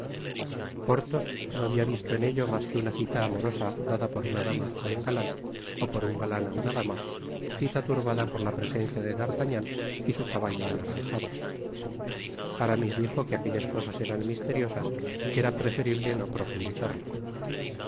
porthos no habia visto en ello mas que una cita amorosa dada por una dama á un galan ó por un galan á una dama cita turbada por la presencia de d'artagnan y su caballo anaranjado aramis dijo que aquellas cosas eran misteriosas y que era preferible no profundizarlas por